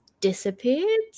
disappeared